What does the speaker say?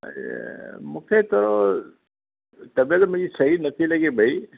मूंखे थोरो तबियत मुंहिंजी सही नथी लॻे पई